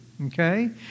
Okay